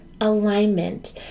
alignment